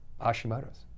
Hashimoto's